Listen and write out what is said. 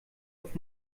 auf